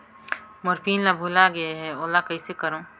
मोर PIN ला भुला गे हो एला कइसे करो?